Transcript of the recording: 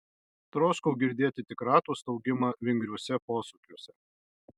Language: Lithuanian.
troškau girdėti tik ratų staugimą vingriuose posūkiuose